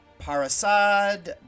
Parasad